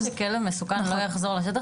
העיקרון שכלב מסוכן לא יחזור לשטח,